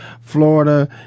Florida